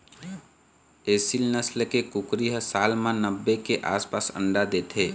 एसील नसल के कुकरी ह साल म नब्बे के आसपास अंडा देथे